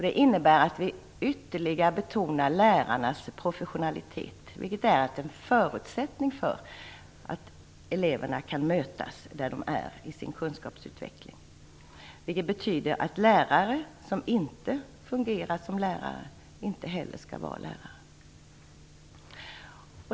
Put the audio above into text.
Det innebär att vi ytterligare betonar lärarnas professionalitet, vilket är en förutsättning för att eleverna kan mötas där de befinner sig i sin kunskapsutveckling. Det betyder också att lärare som inte fungerar som lärare inte heller skall vara lärare.